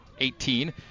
18